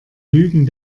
lügen